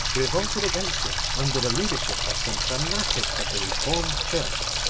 revolted against him under the leadership of some fanatics of the reformed church.